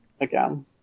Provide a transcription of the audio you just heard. again